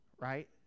right